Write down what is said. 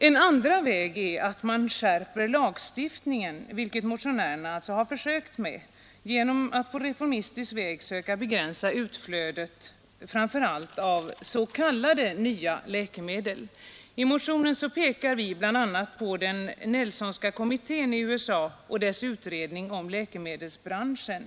En andra väg är att skärpa lagstiftningen, vilket motionärerna har försökt göra genom att på reformistisk väg söka begränsa utflödet framför allt av s.k. nya läkemedel. I motionen pekar vi bl.a. på den Nelsonska kommittén i USA och dess utredning om läkemedelsbranschen.